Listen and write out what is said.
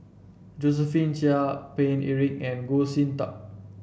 Josephine Chia Paine Eric and Goh Sin Tub